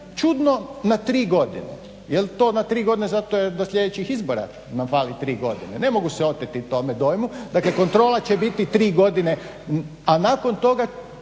čudno na tri godine. Jel to na tri godine zato jer do sljedećih izbora nam fali tri godine, ne mogu se oteti tome dojmu, dakle kontrola će biti tri godine, a nakon toga